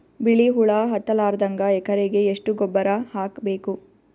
ಬಿಳಿ ಹುಳ ಹತ್ತಲಾರದಂಗ ಎಕರೆಗೆ ಎಷ್ಟು ಗೊಬ್ಬರ ಹಾಕ್ ಬೇಕು?